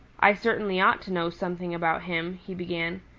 i certainly ought to know something about him, he began.